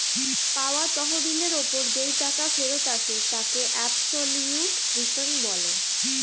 পাওয়া তহবিলের ওপর যেই টাকা ফেরত আসে তাকে অ্যাবসোলিউট রিটার্ন বলে